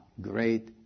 great